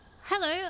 Hello